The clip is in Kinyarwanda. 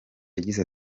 yagize